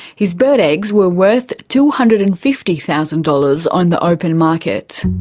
his bird eggs were worth two hundred and fifty thousand dollars on the open market.